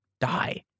die